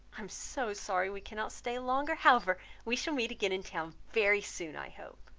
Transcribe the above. i am so sorry we cannot stay longer however we shall meet again in town very soon, i hope.